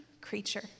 creature